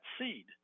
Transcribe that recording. seed